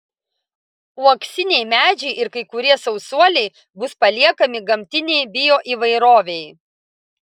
uoksiniai medžiai ir kai kurie sausuoliai bus paliekami gamtinei bioįvairovei